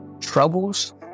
Troubles